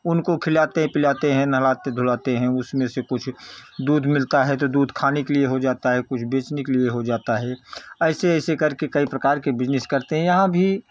उनको खिलाते पिलाते हैं नहलाते धुलाते हैं उसमें से कुछ दूध मिलता है तो दूध खाने के लिए हो जाता है कुछ बेचने के लिए हो जाता है ऐसे ऐसे करके कई प्रकार के बिजनेस करते हैं यहाँ भी